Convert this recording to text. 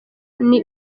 byombi